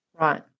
Right